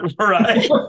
Right